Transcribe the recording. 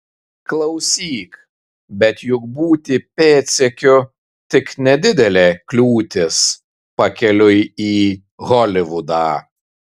klausyk bet juk būti pėdsekiu tik nedidelė kliūtis pakeliui į holivudą